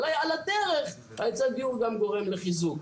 אולי על הדרך היצע הדיור גם גורם לחיזוק.